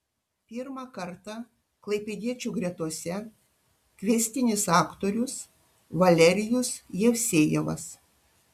pirmą kartą klaipėdiečių gretose kviestinis aktorius valerijus jevsejevas